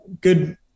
good